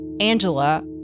Angela